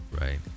right